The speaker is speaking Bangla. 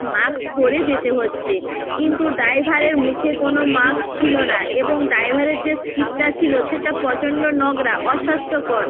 মাস্ক পরে যেতে হচ্ছে কিন্তু ড্রাইভারের মুখে কোনো মাস্ক ছিলো না এবং ড্রাইভারের যে সিটটা ছিলো সেটা প্রচণ্ড নোংরা অস্বাস্থ্যকর